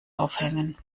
aufhängen